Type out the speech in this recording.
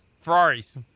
Ferraris